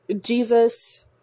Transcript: jesus